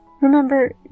Remember